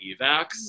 evacs